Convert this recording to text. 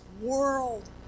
world